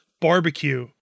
barbecue